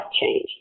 change